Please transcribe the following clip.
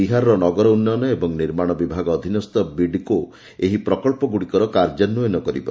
ବିହାରର ନଗର ଉନ୍ନୟନ ଓ ନିର୍ମାଣ ବିଭାଗ ଅଧୀନସ୍ଥ ବିଡ୍କୋ ଏହି ପ୍ରକଳ୍ପଗୁଡ଼ିକର କାର୍ଯ୍ୟାନ୍ୱୟନ କରିବ